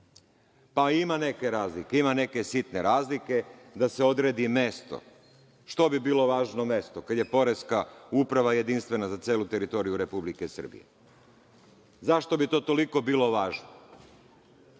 u tim tekstovima. Ima neke sitne razlike da se odredi mesto. Što bi bilo važno mesto kada je Poreska uprava jedinstvena za celu teritoriju Republike Srbije? Zašto bi to toliko bilo važno?